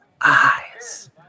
eyes